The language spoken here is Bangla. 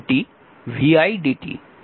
এটি সমীকরণ 19